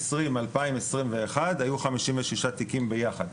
2020-2021 היו 56 תיקים ביחד.